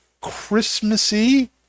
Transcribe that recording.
Christmassy